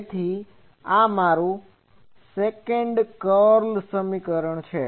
તેથી આ મારું સેકંડ કર્લ સમીકરણ છે